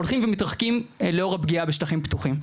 הולכים ומתרחקים לאור הפגיעה בשטחים פתוחים.